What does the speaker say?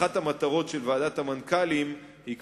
אחת המטרות של ועדת המנכ"לים היא,